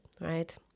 right